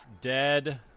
dead